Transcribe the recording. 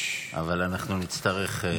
אבל אנחנו נצטרך.